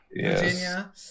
Virginia